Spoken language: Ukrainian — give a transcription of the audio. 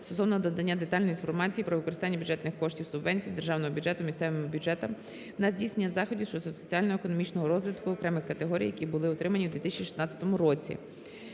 стосовно надання детальної інформації про використання бюджетних коштів субвенції з Державного бюджету місцевим бюджетам на здійснення заходів щодо соціально-економічного розвитку окремих територій, які були отримані в 2016 році.